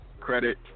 credit